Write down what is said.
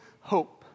hope